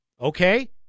Okay